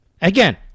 Again